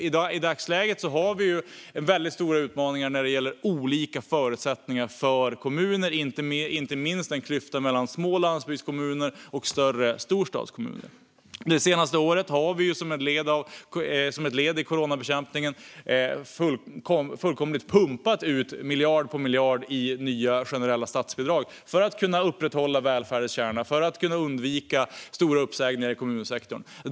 I dagsläget har vi stora utmaningar när det gäller olika förutsättningar för kommuner, inte minst den klyfta som finns mellan små landsbygdskommuner och större storstadskommuner. Det senaste året har vi som ett led i coronabekämpningen fullkomligt pumpat ut miljard på miljard i nya generella statsbidrag för att kunna upprätthålla välfärdens kärna och undvika stora uppsägningar i kommunsektorn.